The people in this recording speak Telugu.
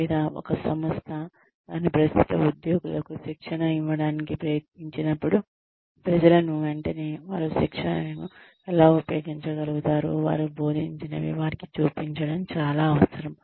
లేదా ఒక సంస్థ దాని ప్రస్తుత ఉద్యోగులకు శిక్షణ ఇవ్వడానికి ప్రయత్నించినప్పుడు ప్రజలను వెంటనే వారు శిక్షణను ఎలా ఉపయోగించగలుగుతారు వారు బోధించినవి వారికి చూపించడం చాలా అవసరం